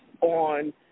on